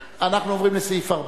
אנחנו עוברים לסעיף 4,